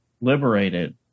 liberated